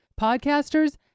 Podcasters